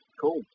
Cool